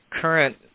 current